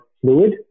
fluid